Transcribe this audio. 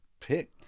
pick